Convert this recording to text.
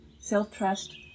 self-trust